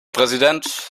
präsident